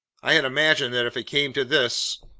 i had imagined that if it came to this,